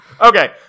Okay